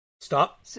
stop